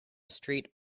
street